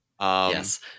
yes